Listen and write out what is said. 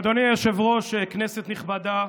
אדוני היושב-ראש, כנסת נכבדה,